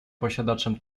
posiadaczem